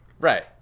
right